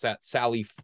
Sally